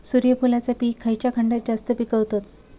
सूर्यफूलाचा पीक खयच्या खंडात जास्त पिकवतत?